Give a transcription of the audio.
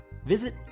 Visit